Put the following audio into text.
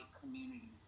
community